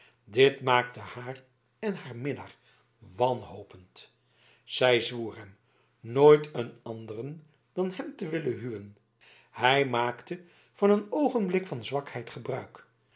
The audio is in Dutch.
dit maakte haar en haar minnaar wanhopend zij zwoer hem nooit een anderen dan hem te willen huwen hij maakte van een oogenblik van zwakheid gebruik